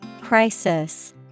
Crisis